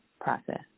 process